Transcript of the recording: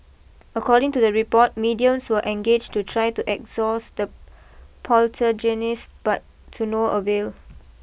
according to the report mediums were engaged to try to exorcise the poltergeists but to no avail